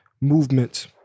movement